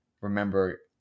remember